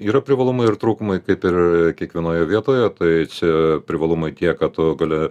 yra privalumai ir trūkumai kaip ir kiekvienoje vietoje tai čia privalumai tie kad tu gali